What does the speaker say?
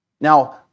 Now